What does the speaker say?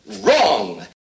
Wrong